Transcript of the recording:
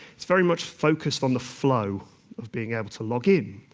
it's very much focused on the flow of being able to log in.